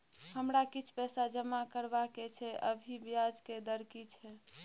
हमरा किछ पैसा जमा करबा के छै, अभी ब्याज के दर की छै?